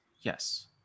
Yes